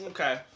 Okay